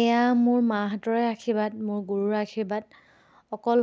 এয়া মোৰ মাহঁতৰে আশীৰ্বাদ মোৰ গুৰুৰ আশীৰ্বাদ অকল